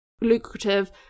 lucrative